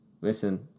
listen